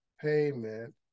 payment